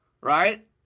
Right